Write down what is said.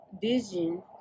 vision